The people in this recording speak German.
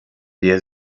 der